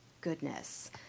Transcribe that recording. goodness